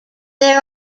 there